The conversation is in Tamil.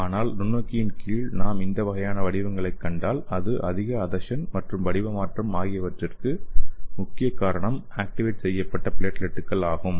ஆனால் நுண்ணோக்கின் கீழ் நாம் இந்த வகையான வடிவங்களைக் காண்டால் அது அதிக அதெசன் மற்றும் வடிவ மாற்றம் ஆகியவற்றிற்கு முக்கிய காரணம் ஆக்டிவேட் செய்யப்பட்ட பிளேட்லெட்டுகள் ஆகும்